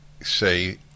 say